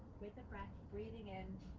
with a breath, breathing in,